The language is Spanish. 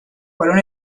fueron